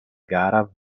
gara